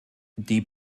die